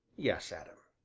yes, adam.